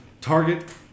Target